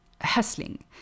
Hustling